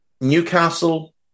Newcastle